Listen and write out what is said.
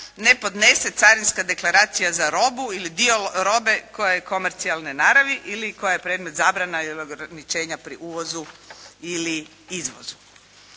ne podnese carinska deklaracija za robu ili dio robe koja je komercijalne naravi ili koja je predmet zabrana ili ograničenja pri uvozu ili izvozu.